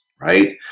right